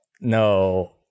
no